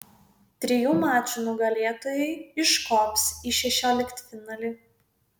trijų mačų nugalėtojai iškops į šešioliktfinalį